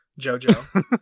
Jojo